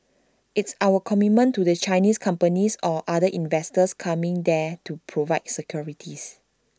it's our commitment to the Chinese companies or other investors coming there to provide security